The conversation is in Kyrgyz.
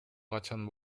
качан